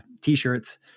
t-shirts